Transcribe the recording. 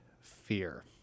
fear